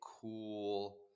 cool